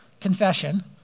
confession